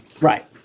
Right